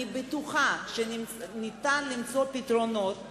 אני בטוחה שאפשר למצוא פתרונות,